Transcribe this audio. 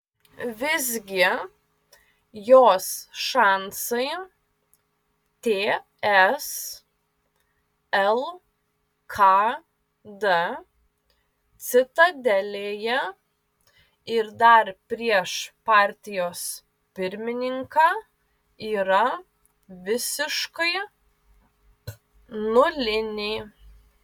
visgi jos šansai ts lkd citadelėje ir dar prieš partijos pirmininką yra visiškai nuliniai